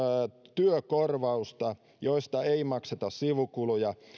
työkorvausta josta ei makseta sivukuluja